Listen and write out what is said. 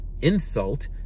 insult